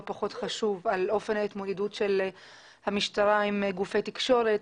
פחות חשוב על אופן ההתמודדות של המשטרה מול גופי תקשורת.